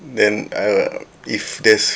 then uh if there's